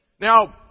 Now